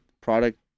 product